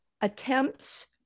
attempts